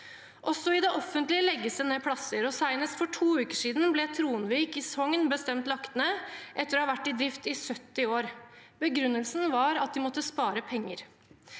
Også i det offentlige legges det ned plasser. Senest for to uker siden ble Tronvik i Sogn bestemt lagt ned, etter å ha vært i drift i 70 år. Begrunnelsen var at de måtte spare penger.